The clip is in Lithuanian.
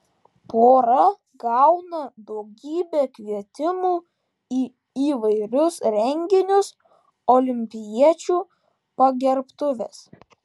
pora gauna daugybę kvietimų į įvairius renginius olimpiečių pagerbtuves